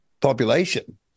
population